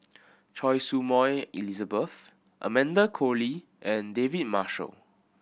Choy Su Moi Elizabeth Amanda Koe Lee and David Marshall